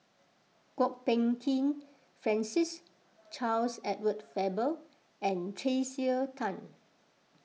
Kwok Peng Kin Francis Charles Edward Faber and Tracey Tan